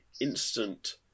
instant